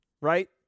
right